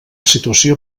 situació